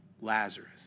Lazarus